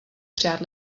přát